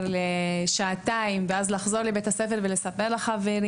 למשך שעתיים ולאחר מכן לחזור לבית הספר ולספר לחברים,